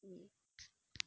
great